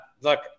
look